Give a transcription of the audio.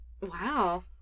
wow